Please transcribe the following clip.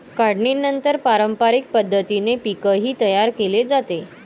काढणीनंतर पारंपरिक पद्धतीने पीकही तयार केले जाते